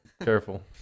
careful